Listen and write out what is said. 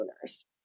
owners